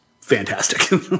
fantastic